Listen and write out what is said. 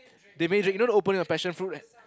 they made it Drake you know the opening of passion fruit